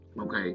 okay